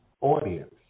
audience